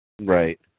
Right